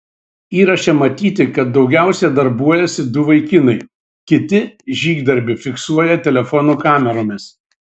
įraše matyti kad daugiausiai darbuojasi du vaikinai kiti žygdarbį fiksuoja telefonų kameromis